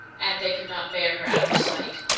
and they could not bear her out of sight.